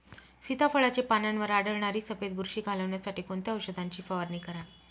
सीताफळाचे पानांवर आढळणारी सफेद बुरशी घालवण्यासाठी कोणत्या औषधांची फवारणी करावी?